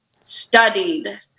studied